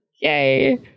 Yay